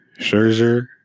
Scherzer